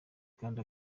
kandi